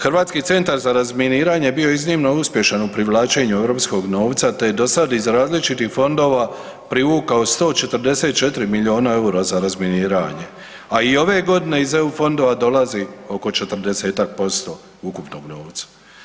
Hrvatski centar za razminiranje bio je iznimno uspješan u privlačenju europskog novca te je do sad iz različitih fondova privukao 144 milijuna eura za razminiranje, a i ove godine iz eu fondova dolazi oko 40-ak posto ukupnog novca.